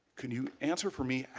can you answer for me,